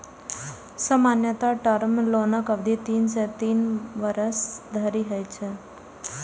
सामान्यतः टर्म लोनक अवधि तीन सं तीन वर्ष धरि होइ छै